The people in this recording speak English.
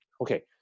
okay